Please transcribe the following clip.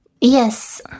Yes